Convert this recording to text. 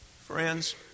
Friends